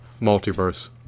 multiverse